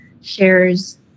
shares